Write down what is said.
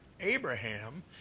Abraham